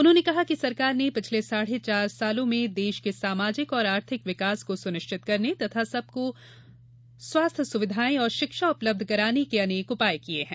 उन्होंने कहा कि सरकार ने पिछले साढ़े चार वर्षो में देश के सामाजिक और आर्थिक विकास को सुनिश्चित करने तथा सबको स्वास्थ्य सुवधिाएं और शिक्षा उपलब्ध कराने के अनेक उपाय किए हैं